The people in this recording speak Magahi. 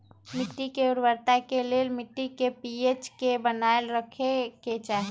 मिट्टी के उर्वरता के लेल मिट्टी के पी.एच के बनाएल रखे के चाहि